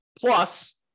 Plus